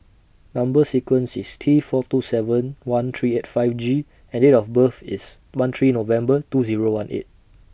Number sequence IS T four two seven one three eight five G and Date of birth IS one three November two Zero one eight